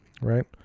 Right